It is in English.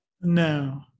No